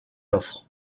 l’offre